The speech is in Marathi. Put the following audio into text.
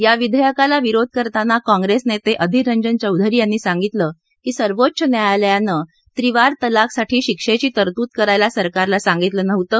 या विधेयकाला विरोध करताना काँग्रेस नेते आधिररंजन चौधरी यांनी सांगितलं की सर्वोच्च न्यायालयानं त्रिवार तलाकसाठी शिक्षेची तरतूद करायला सरकारला सांगितलं नव्हतं